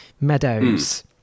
Meadows